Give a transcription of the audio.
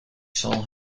zal